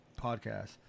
podcast